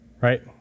right